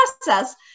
process